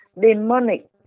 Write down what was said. demonic